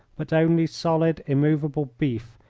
but only solid, immovable beef,